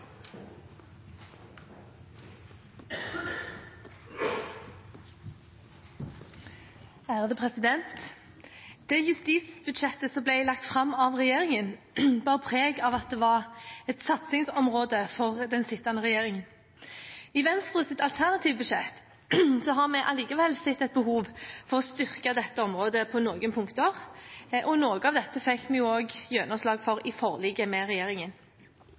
Det justisbudsjettet som ble lagt fram av regjeringen, bar preg av at det var et satsingsområde for den sittende regjering. I Venstres alternative budsjett har vi likevel sett et behov for å styrke dette området på noen punkter, og noe av dette fikk vi også gjennomslag for i forliket med regjeringen.